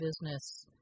business